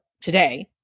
today